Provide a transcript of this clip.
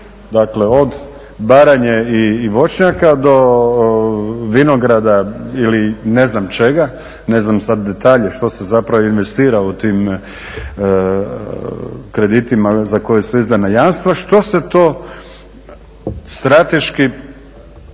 Dakle, od Baranje i voćnjaka do vinograda ili ne znam čega, ne znam sad detalje što se zapravo investira u tim kreditima za koje su izdana jamstva, što se to strateški